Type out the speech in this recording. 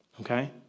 Okay